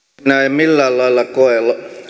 millään lailla koe